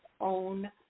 own